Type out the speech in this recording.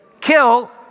kill